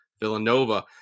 Villanova